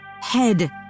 head